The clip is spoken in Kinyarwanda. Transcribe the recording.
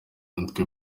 natwe